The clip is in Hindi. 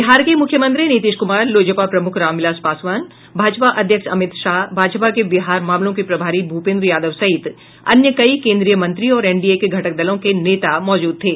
बिहार के मुख्यमंत्री नीतीश कुमार लोजपा प्रमुख रामविलास पासवान भाजपा अध्यक्ष अमित शाह भाजपा के बिहार मामलों के प्रभारी भूपेन्द्र यादव सहित अन्य कई केन्द्रीय मंत्री और एनडीए के घटक दलों के नेता मौजूद थे